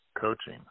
coaching